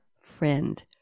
friend